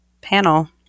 panel